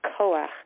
koach